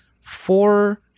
four